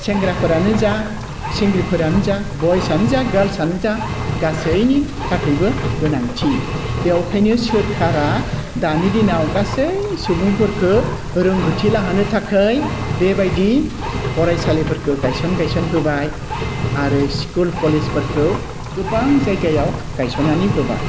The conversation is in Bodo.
सेंग्राफोरानो जा सिंग्रिफोरानो जा बयसआनो जा गालसआनो जा गासैनि थाखायबो गोनांथि बेवखायनो सोरकारा दानि दिनाव गासै सुबुंफोरखौ रोंगौथि लाहोनो थाखाय बेबादि फरायसालिफोरखौ गायसन गायसन होबाय आरो स्कुल कलेजफोरखौ गोबां जायगायाव गायसन्नानै होबाय